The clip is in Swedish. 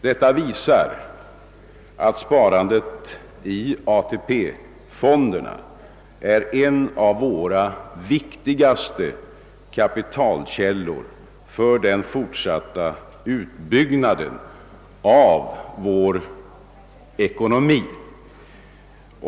Detta visar att sparandet i ATP-fonderna är en av våra viktigaste kapitalkällor för den fortsatta utbyggnaden av vår ekonomi.